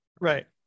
right